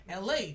LA